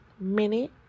minute